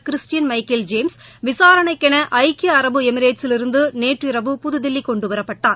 Christian Michael James விசாரணைக்கென ஐக்கிய அரபு எமிரேட்ஸிலிருந்து நேற்றிரவு புதுதில்லி கொண்டுவரப்பட்டார்